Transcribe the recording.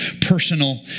personal